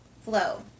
flow